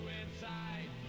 inside